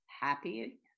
happy